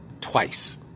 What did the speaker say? twice